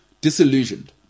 Disillusioned